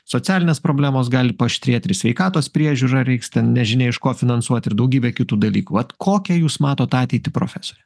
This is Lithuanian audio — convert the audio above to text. socialinės problemos gali paaštrėt ir sveikatos priežiūra reiks ten nežinia iš ko finansuot ir daugybė kitų dalykų tad kokią jūs matote ateitį profesore